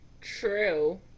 True